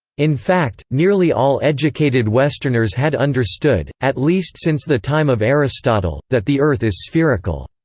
in fact, nearly all educated westerners had understood, at least since the time of aristotle, that the earth is spherical.